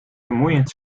vermoeiend